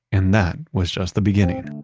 and that was just the beginning